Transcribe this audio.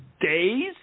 days